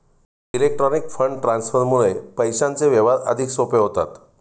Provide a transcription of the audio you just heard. electronic fund ट्रान्सफरमुळे पैशांचे व्यवहार अधिक सोपे होतात